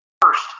first